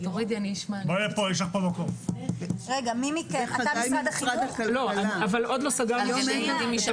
יש פה חפיפה בין העניין של המעונות לגני הילדים.